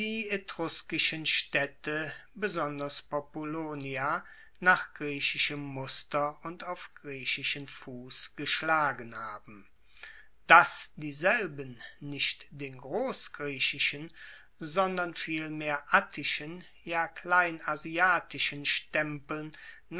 etruskischen staedte besonders populonia nach griechischem muster und auf griechischen fuss geschlagen haben dass dieselben nicht den grossgriechischen sondern vielmehr attischen ja kleinasiatischen stempeln